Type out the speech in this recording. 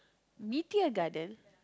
Meteor Garden